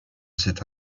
cet